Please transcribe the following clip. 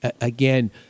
again